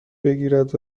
بگیرد